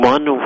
One